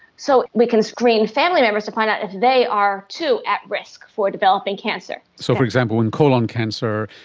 so we can screen family members to find out if they are too at risk for developing cancer. so, for example, in colon cancer,